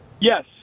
Yes